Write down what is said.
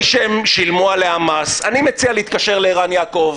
שהם שילמו עליה מס אני מציע להתקשר לערן יעקב.